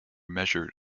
measured